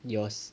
yours